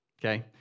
okay